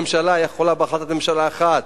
ממשלה יכולה בהחלטת ממשלה אחת.